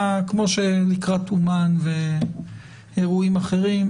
כמו שלקראת אומן ואירועים אחרים,